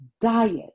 diet